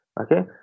Okay